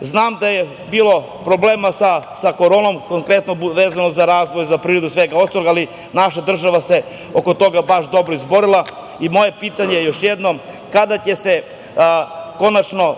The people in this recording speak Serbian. Znam da je bilo problema sa koronom, konkretno vezano za razvoj, za privredu i svega ostalog, ali naša država se oko toga baš dobro izborila. Još jednom, moje pitanje je kada će se konačno